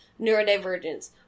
neurodivergence